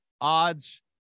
Odds